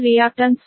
2 ಎಂದು ನೀಡಲಾಗಿದೆ